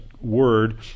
word